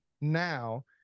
now